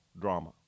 drama